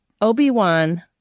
Obi-Wan